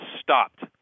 stopped